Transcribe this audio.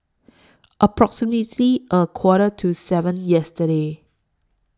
approximately A Quarter to seven yesterday